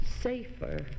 safer